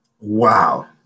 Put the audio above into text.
Wow